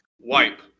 Wipe